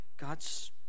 God's